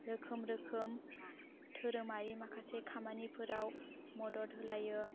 रोखोम रोखोम धोरोमारि माखासे खामानिफोराव मदद होलायो